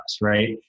right